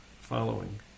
following